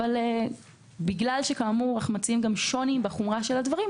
אבל בגלל שאנחנו מציעים גם שוני בחומרה של הדברים,